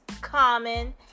Common